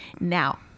Now